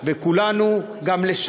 וכולנו ביחד,